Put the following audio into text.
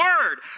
word